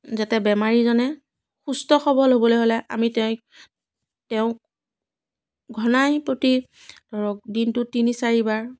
যাতে বেমাৰীজনে সুস্থ সবল হ'বলৈ হ'লে আমি তেইক তেওঁক ঘনাই প্ৰতি ধৰক দিনটোত তিনি চাৰিবাৰ